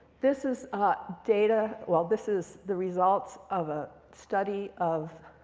this is ah data well, this is the results of a study of